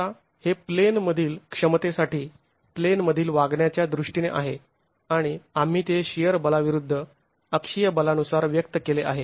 आता हे प्लेन मधील क्षमतेसाठी प्लेन मधील वागण्याच्या दृष्टीने आहे आणि आम्ही ते शिअर बला विरुद्ध अक्षीय बलानुसार व्यक्त केले आहे